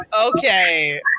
okay